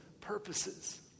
purposes